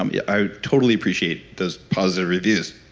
um yeah i totally appreciate those positive reviews